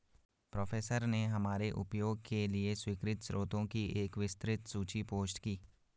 professor ने हमारे उपयोग के लिए स्वीकृत स्रोतों की एक विस्तृत सूची पोस्ट की